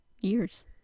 years